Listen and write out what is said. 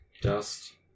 Dust